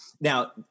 Now